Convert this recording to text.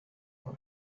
boy